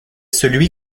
celui